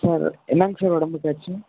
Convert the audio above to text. sir என்னங்க sir உடம்புக்கு ஆச்சு